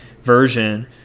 version